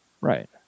right